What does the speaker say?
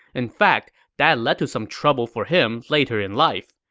in fact, that led to some trouble for him later in life.